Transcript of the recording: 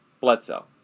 Bledsoe